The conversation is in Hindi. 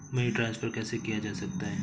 मनी ट्रांसफर कैसे किया जा सकता है?